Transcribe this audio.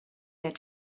their